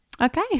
Okay